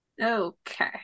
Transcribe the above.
Okay